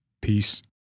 Peace